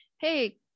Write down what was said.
Hey